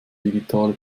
digitale